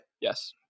Yes